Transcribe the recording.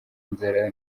inzara